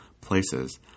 places